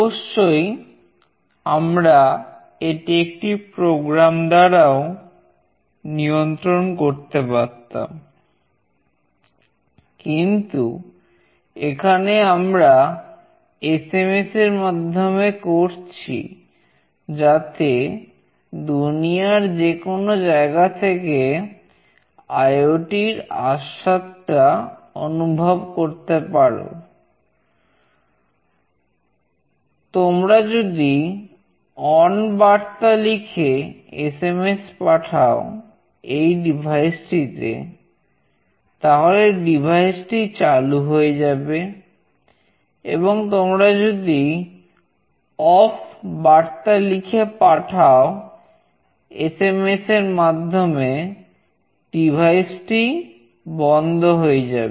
অবশ্যই আমরা এটি একটি প্রোগ্রাম টি বন্ধ হয়ে যাবে